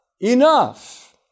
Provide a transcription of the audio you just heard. Enough